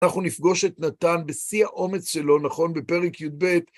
אנחנו נפגוש את נתן בשיא האומץ שלו, נכון, בפרק י"ב...